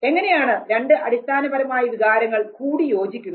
എങ്ങനെയാണ് രണ്ട് അടിസ്ഥാനപരമായ വികാരങ്ങൾ കൂടിയോജിക്കുന്നത്